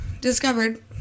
discovered